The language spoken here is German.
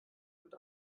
wird